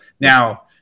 now